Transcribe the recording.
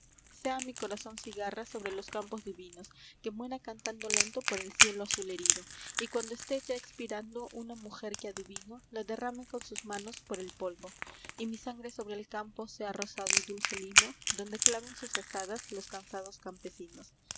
sea mi corazón cigarra sobre los campos divinos ue muera cantando lento or el cielo azul herido cuando esté ya expirando una mujer que adivino o derrame con sus manos eor el polvo nii sangre sobre el campo í ea r sado y dulce limo onde claven sus azadas s cansados campesinos